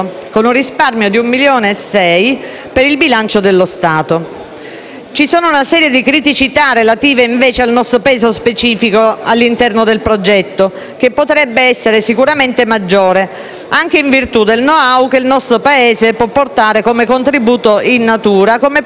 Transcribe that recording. C'è una serie di criticità relative, invece, al nostro peso specifico all'interno del progetto, che potrebbe essere sicuramente maggiore anche in virtù del *know how* che il nostro Paese può portare come contributo in natura, come previsto, tra l'altro,